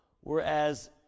whereas